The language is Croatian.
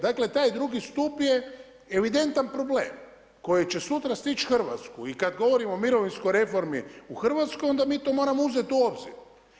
Dakle, taj drugi stup je evidentan problem koji će sutra stići Hrvatsku i kad govorimo o mirovinskoj reformi u Hrvatskoj onda mi to moramo uzet u obzir.